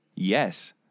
Yes